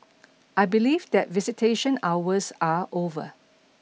I believe that visitation hours are over